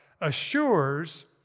assures